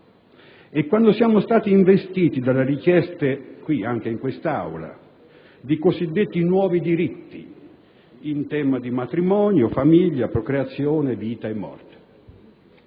e quando siamo stati investiti dalle richieste, anche in quest'Aula, di cosiddetti nuovi diritti in tema di matrimonio, famiglia, procreazione, vita e morte.